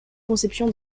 conception